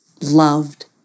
loved